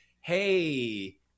hey